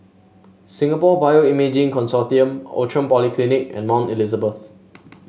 Singapore Bioimaging Consortium Outram Polyclinic and Mount Elizabeth